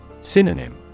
Synonym